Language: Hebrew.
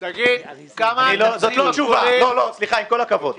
זאת לא תשובה, סליחה, עם כל הכבוד.